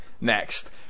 next